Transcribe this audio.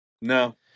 no